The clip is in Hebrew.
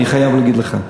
אני חייב להגיד לך,